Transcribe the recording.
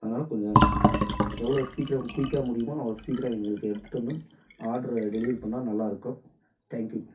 அதனால கொஞ்சம் எவ்வளோ சீக்ரம் குயிக்காக முடியுமோ அவ்வளோ சீக்ரம் எங்களுக்கு எடுத்துகிட்டு வந்து ஆடர டெலிவரி பண்ணால் நல்லா இருக்கும் தேங்க்யூ